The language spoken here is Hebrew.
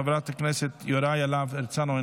חבר הכנסת יוראי להב הרצנו,